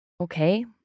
Okay